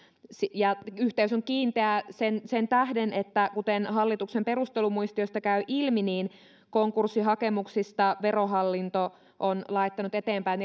yhteys on kiinteä sen sen tähden kuten hallituksen perustelumuistiosta käy ilmi että konkurssihakemuksista verohallinto on laittanut eteenpäin